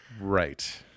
Right